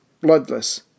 bloodless